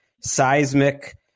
seismic